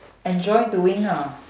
enjoy doing ah